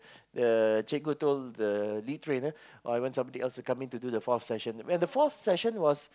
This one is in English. the cikgu told the lead trainer oh I want somebody else to come in to do the fourth session the fourth session was